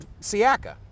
Siaka